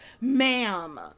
Ma'am